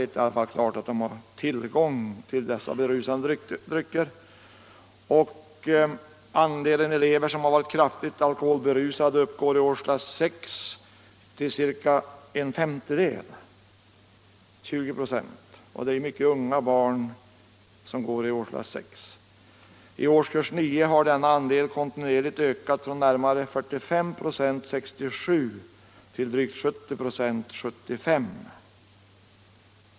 Det är i alla fall klart att de har tillgång till dessa berusande drycker. Andelen elever i årskurs 6 som varit kraftigt berusade uppgår till ca 20 ".. Det är mycket unga barn som går i årskurs 6. I årskurs 9 har procentsiffran för dem som varit kraftigt berusade ökat kontinuerligt från närmare 45 ". år 1967 till drygt 70 ”» år 1975.